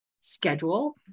schedule